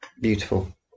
Beautiful